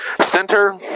Center